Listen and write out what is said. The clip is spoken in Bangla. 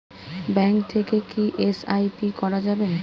ব্যাঙ্ক থেকে কী এস.আই.পি করা যাবে?